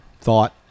thought